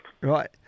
right